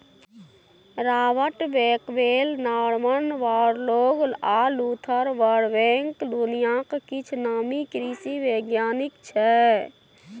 Robert Bakewell, Norman Borlaug आ Luther Burbank दुनियाक किछ नामी कृषि बैज्ञानिक छै